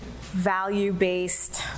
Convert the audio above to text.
value-based